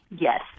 Yes